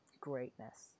greatness